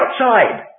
outside